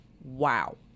wow